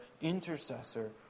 intercessor